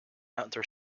outdoor